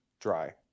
dry